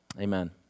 amen